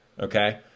Okay